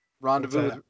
Rendezvous